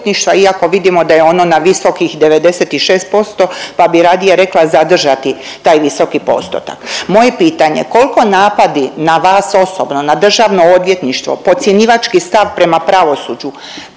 iako vidimo da je ono na visokih 96% pa bi radije rekla zadržati taj visoki postotak. Moje pitanje, kolko napadi na vas osobno, na državno odvjetništvo, podcjenjivački stav prema pravosuđu,